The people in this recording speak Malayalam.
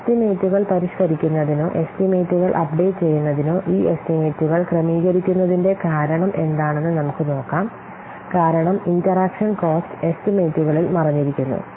എസ്റ്റിമേറ്റുകൾ പരിഷ്കരിക്കുന്നതിനോ എസ്റ്റിമേറ്റുകൾ അപ്ഡേറ്റ് ചെയ്യുന്നതിനോ ഈ എസ്റ്റിമേറ്റുകൾ ക്രമീകരിക്കുന്നതിന്റെ കാരണം എന്താണെന്ന് നമുക്ക് നോക്കാം കാരണം ഇന്ററാക്ഷൻ കോസ്റ്റ് എസ്റ്റിമേറ്റുകളിൽ മറഞ്ഞിരിക്കുന്നു